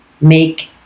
make